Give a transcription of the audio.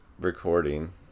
recording